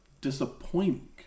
disappointing